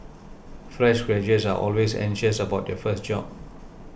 fresh graduates are always anxious about their first job